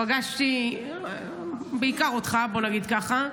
פגשתי בעיקר אותך, בוא נגיד ככה.